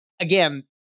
Again